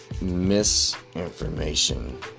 misinformation